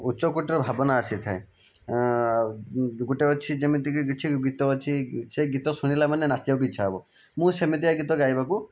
ଉଚ୍ଚକୋଟୀର ଭାବନା ଆସିଥାଏ ଗୋଟିଏ ଅଛି ଯେମିତିକି କିଛି ଗୀତ ଅଛି ସେ ଗୀତ ଶୁଣିଲା ମାନେ ନାଚିବାକୁ ଇଚ୍ଛା ହେବ ମୁଁ ସେମିତିଆ ଗୀତ ଗାଇବାକୁ